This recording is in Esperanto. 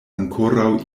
ankoraŭ